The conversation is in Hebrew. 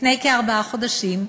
לפני כארבעה חודשים.